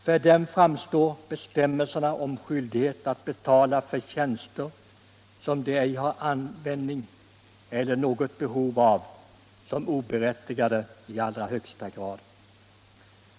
För dem framstår bestämmelserna om skyldighet att betala för tjänster som de ej har användning för eller behov av såsom oberättigade i allra högsta grad.